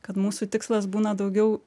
kad mūsų tikslas būna daugiau